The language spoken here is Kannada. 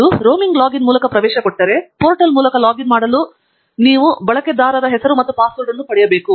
ಇದು ರೋಮಿಂಗ್ ಲಾಗಿನ್ ಮೂಲಕ ಇದ್ದರೆ ಪೋರ್ಟಲ್ ಮೂಲಕ ಲಾಗಿನ್ ಮಾಡಲು ನೀವು ಬಳಕೆದಾರ ಹೆಸರು ಮತ್ತು ಪಾಸ್ವರ್ಡ್ ಅನ್ನು ಪಡೆಯಬೇಕು